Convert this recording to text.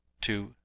two